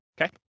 okay